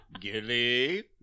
gilly